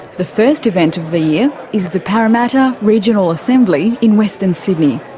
the first event of the year is the parramatta regional assembly in western sydney.